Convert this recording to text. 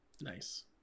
Nice